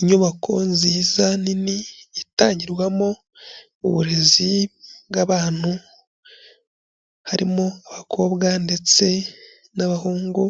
Inyubako nziza nini itangirwamo uburezi bw'abantu, harimo abakobwa ndetse n'abahungu,